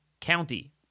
County